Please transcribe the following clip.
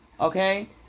Okay